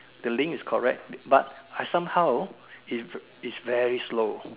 the link is correct but I somehow it's very slow